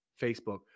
Facebook